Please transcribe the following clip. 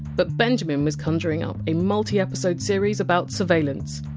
but benjamen was conjuring up a multi-episode series about surveillance.